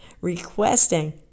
requesting